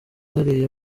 hariya